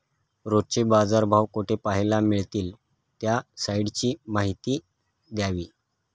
रोजचे बाजारभाव कोठे पहायला मिळतील? त्या साईटची माहिती द्यावी